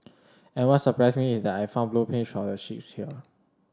and what surprised me was that I found blueprints for the ships here